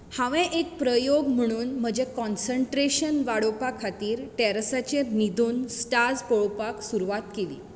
हांवें एक प्रयोग म्हणून म्हजें काँसेंट्रेशन वाडोवपा खातीर टॅरसाचेर न्हिदून स्टार्स पळोवपाक सुरवात केली